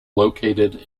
located